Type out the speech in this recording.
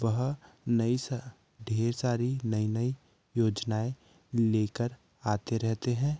वह नई ढ़ेर सारी नई नई योजनाएं लेकर आते रहते हैं